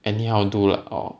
anyhow do lah or